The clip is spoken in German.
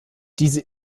diese